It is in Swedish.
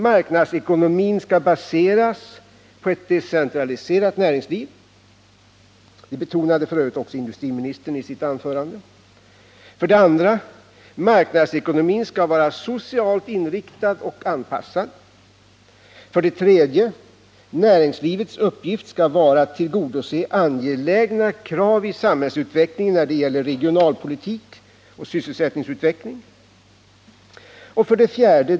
Marknadsekonomin skall baseras på ett decentraliserat näringsliv. — Det betonade f. ö. också industriministern i sitt anförande. 2. Marknadsekonomin skall vara socialt inriktad och anpassad. 3. Näringslivets uppgift skall vara att tillgodose angelägna krav i samhällsutvecklingen när det gäller regionalpolitik och sysselsättningsutveckling. 4.